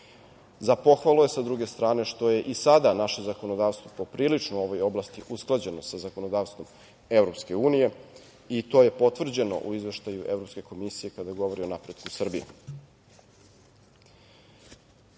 pohvalu je, sa druge strane, što je i sada naše zakonodavstvo poprilično u ovoj oblasti usklađeno sa zakonodavstvom EU i to je potvrđeno u izveštaju Evropske komisije kada govori o napretku Srbije. Na